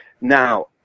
Now